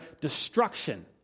destruction